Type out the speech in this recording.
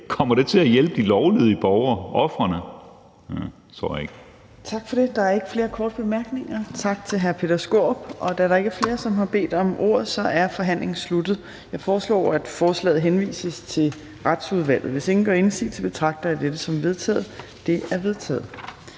ikke. Kl. 15:16 Fjerde næstformand (Trine Torp): Der er ikke flere korte bemærkninger, så tak til hr. Peter Skaarup. Da der ikke er flere, som har bedt om ordet, er forhandlingen sluttet. Jeg foreslår, at forslaget henvises til Retsudvalget. Hvis ingen gør indsigelse, betragter jeg dette som vedtaget. Det er vedtaget.